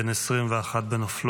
בן 21 בנופלו.